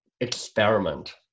experiment